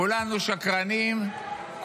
כולנו שקרנים,